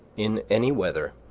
in any weather,